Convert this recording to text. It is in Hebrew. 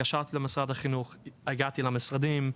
התקשרתי למשרד החינוך, הגעתי למשרדים,